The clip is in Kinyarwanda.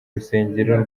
rusengero